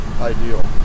ideal